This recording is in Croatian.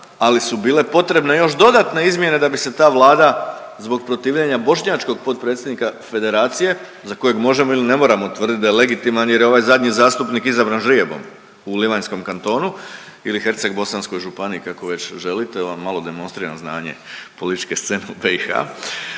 ali su bile potrebne još dodatne izmjene da bi se ta vlada zbog protivljenja bošnjačkog potpredsjednika Federacije, za kojeg možemo ili ne moramo tvrditi da je legitiman jer je ovaj zadnji zastupnik izabran ždrijebom u Livanjskom kantonu ili Hercegbosanskoj županiji, kako već želite, malo demonstriram znanje političke scene u BiH,